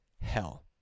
hell